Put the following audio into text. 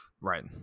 right